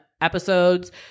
episodes